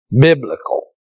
biblical